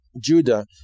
Judah